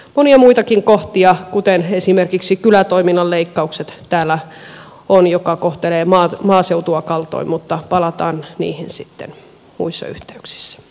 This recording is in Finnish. monia muitakin kohtia täällä on kuten esimerkiksi kylätoiminnan leikkaukset jotka kohtelevat maaseutua kaltoin mutta palataan niihin sitten muissa yhteyksissä